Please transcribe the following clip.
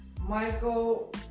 Michael